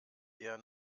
eher